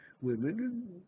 Women